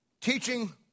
Teaching